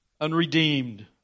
unredeemed